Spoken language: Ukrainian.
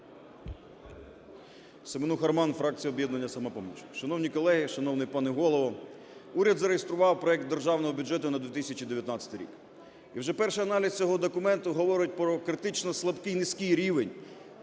Семенуха Роман, фракція "Об'єднання "Самопоміч". Шановні колеги, шановний пане голово, уряд зареєстрував проект державного бюджету на 2019 рік. І вже перший аналіз цього документу говорить про критично слабкий, низький рівень